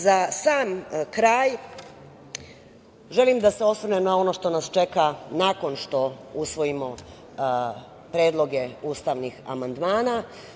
Za sam kraj želim da se osvrnem na ono što nas čeka nakon što usvojimo predloge ustavnih amandmana.